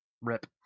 Rip